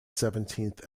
seventeenth